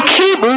keep